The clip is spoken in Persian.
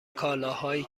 کالاهایی